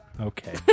Okay